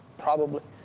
probably,